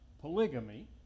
polygamy